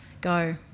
Go